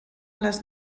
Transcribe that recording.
les